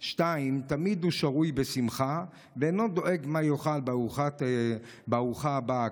2. תמיד הוא שרוי בשמחה ואינו דואג מה יאכל בארוחה הבאה,